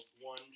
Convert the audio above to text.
One